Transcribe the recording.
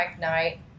night